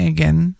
Again